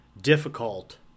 difficult